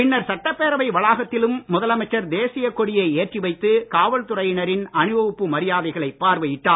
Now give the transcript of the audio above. பின்னர் சட்டப்பேரவை வளாகத்திலும் முதலமைச்சர் தேசிய கொடியை ஏற்றி வைத்து காவல்துறையினரின் அணிவகுப்பு மரியாதைகளை பார்வையிட்டார்